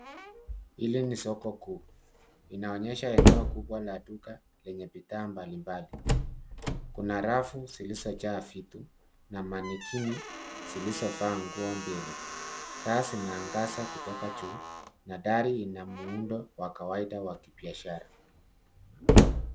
Hili ni soko kuu inaonyesha eneo kubwa la duka lenye bidhaa mbalimbali. Kuna rafu zilizojaa vitu na mannequin zilizovaa nguo mbili. Taa zinaangaza kutoka juu na dari ina muundo wa kawaida wa kibiashara.